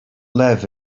live